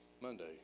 Monday